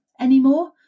anymore